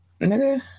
nigga